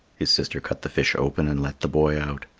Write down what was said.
his sister cut the fish open and let the boy out.